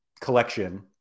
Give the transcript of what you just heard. collection